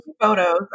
photos